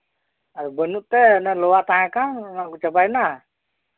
ᱟᱨ ᱵᱟᱹᱱᱩᱜ ᱛᱮ ᱞᱚᱣᱟ ᱛᱟᱦᱮᱸ ᱠᱟᱱ ᱪᱟᱵᱟᱭᱮᱱᱟ